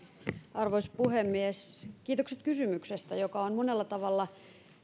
arvoisa puhemies kiitokset kysymyksestä joka on monella tavalla